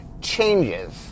changes